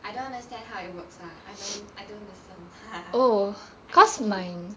I don't understand how it works lah I don't I don't listen ha ha I sleep